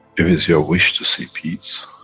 if it's your wish to see peace,